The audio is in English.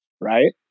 right